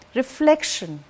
reflection